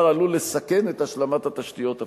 עלול לסכן את השלמת התשתיות הפיזיות.